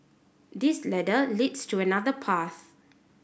this ladder leads to another path